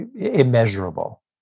immeasurable